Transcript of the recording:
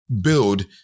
build